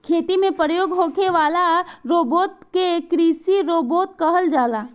खेती में प्रयोग होखे वाला रोबोट के कृषि रोबोट कहल जाला